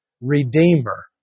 Redeemer